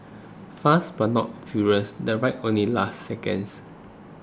fast but not very furious the ride only lasted seconds